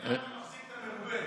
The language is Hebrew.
מחזיק את המרובה.